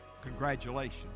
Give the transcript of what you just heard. congratulations